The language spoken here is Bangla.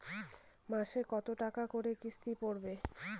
মাসে কত টাকা করে কিস্তি পড়বে?